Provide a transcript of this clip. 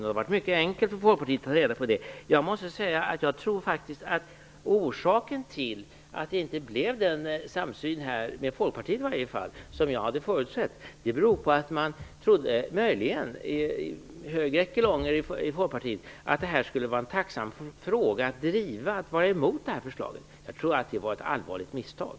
Det hade varit mycket enkelt för Folkpartiet att ta reda på det. Jag tror faktiskt att orsaken till att det inte blev den samsyn med Folkpartiet som jag hade förutsett var att man möjligen i högre echelonger i Folkpartiet trodde att det skulle vara tacksamt att driva ett motstånd mot det här förslaget. Jag tror att det var ett allvarligt misstag.